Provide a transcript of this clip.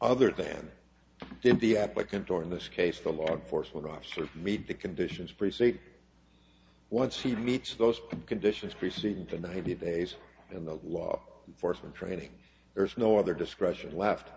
other than the applicant or in this case the law enforcement officer meet the conditions proceed once he meets those conditions preceding to ninety days in the law enforcement training there is no other discretion left